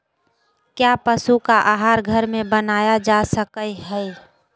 क्या पशु का आहार घर में बनाया जा सकय हैय?